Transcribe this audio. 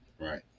Right